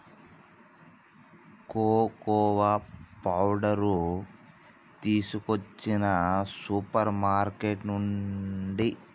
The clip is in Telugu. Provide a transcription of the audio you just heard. కోకోవా పౌడరు తీసుకొచ్చిన సూపర్ మార్కెట్ నుండి